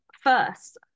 first